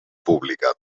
pública